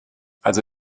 also